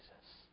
Jesus